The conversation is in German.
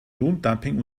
lohndumping